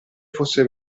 fosse